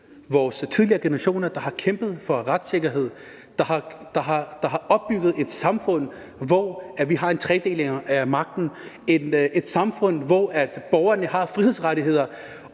vores tidligere generationer, der har kæmpet for retssikkerhed, der har opbygget et samfund, hvor vi har en tredeling af magten, et samfund, hvor borgerne har frihedsrettigheder,